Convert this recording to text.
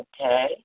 Okay